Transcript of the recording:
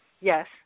Yes